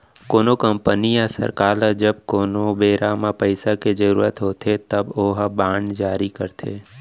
कोनो कंपनी या सरकार ल जब कोनो बेरा म पइसा के जरुरत होथे तब ओहा बांड जारी करथे